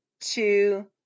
two